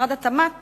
התמ"ת